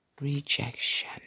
rejection